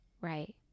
Right